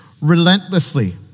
relentlessly